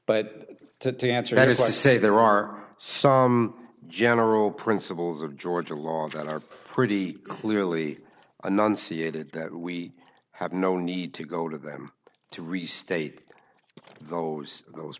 but to to answer that as i say there are some general principles of georgia law that are pretty clearly enunciated that we have no need to go to them to restate those those